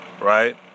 Right